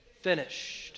finished